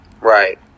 Right